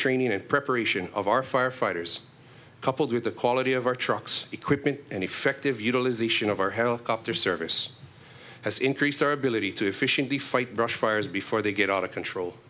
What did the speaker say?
training and preparation of our firefighters coupled with the quality of our trucks equipment and effective utilization of our helicopter service has increased our ability to efficiently fight brush fires before they get out of control